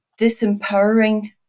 disempowering